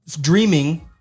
dreaming